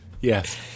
Yes